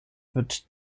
wird